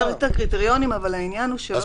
את תגובתכם בעניין הזה?